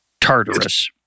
Tartarus